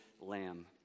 lamb